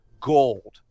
gold